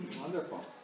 Wonderful